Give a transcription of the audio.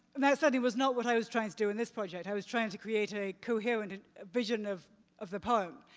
that said, it was not what i was trying to do in this project, i was trying to create a coherent vision of of the poem.